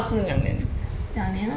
两年 ok lah